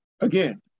again